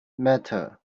matter